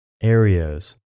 areas